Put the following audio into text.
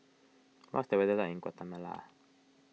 what is the weather like in Guatemala